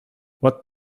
what